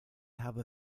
have